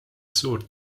suurt